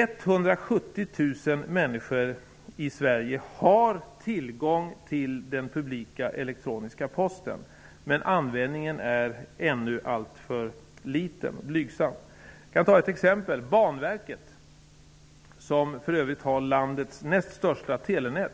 170 000 människor i Sverige har tillgång till den publika elektroniska posten. Men användningen är ännu alltför liten och blygsam. Jag kan ta ett exempel. Banverket, som för övrigt har landets näst största telenät